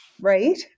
right